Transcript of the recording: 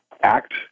act